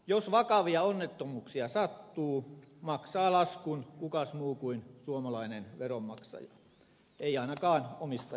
jos vakavia onnettomuuksia sattuu maksaa laskun kukas muu kuin suomalainen veronmaksaja ei ainakaan omistajataho